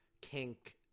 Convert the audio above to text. kink-